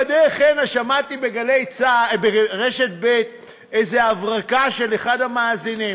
בדרך הנה שמעתי ברשת ב' איזו הברקה של אחד המאזינים: